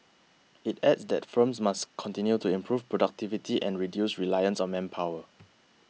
it added that firms must continue to improve productivity and reduce reliance on manpower